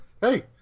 Hey